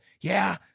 Yeah